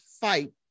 fight